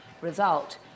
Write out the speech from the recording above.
result